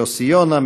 יוסי יונה,